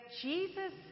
Jesus